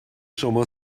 شما